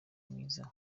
mwiza